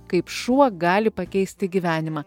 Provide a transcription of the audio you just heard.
kaip šuo gali pakeisti gyvenimą